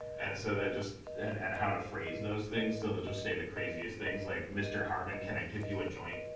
and so they just and and how to phrase those things. so they just say the craziest things. like, mr. harmon, can i give you a joint?